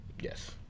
Yes